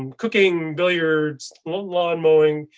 um cooking, billiards, lawn lawn mowing.